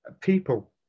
People